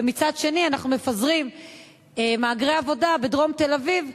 ומצד שני אנחנו מפזרים מהגרי עבודה בדרום תל-אביב,